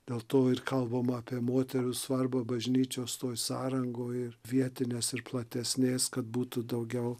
dėl to ir kalbama apie moterų svarbą bažnyčios sąrangoj ir vietinės ir platesnės kad būtų daugiau